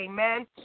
Amen